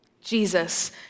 Jesus